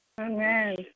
Amen